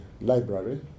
library